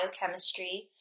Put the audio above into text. Biochemistry